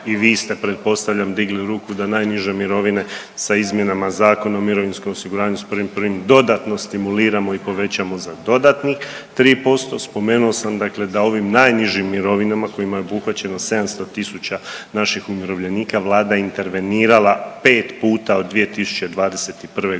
i vi ste pretpostavljam digli ruku da najniže mirovine sa izmjenama Zakona o mirovinskom osiguranju s 1.1. dodatno stimuliramo i povećamo za dodatnih 3%. Spomenuo sam dakle da ovim najnižim mirovinama kojima je obuhvaćeno 700 tisuća naših umirovljenika Vlada intervenirala 5 puta od 2021. godine.